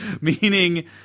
meaning